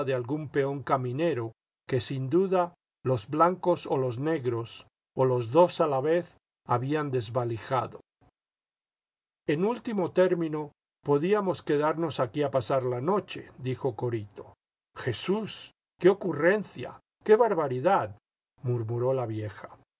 algún peón caminero que sin duda los blancos o los negros o los dos a la vez habían desvalijado en último término podíamos quedarnos aquí a pasar la noche dijo corito jesús qué ocurrencia qué barbaridad murmuró la vieja